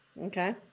Okay